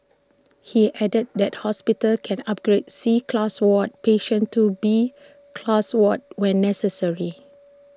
he added that hospitals can upgrade C class ward patients to B class wards when necessary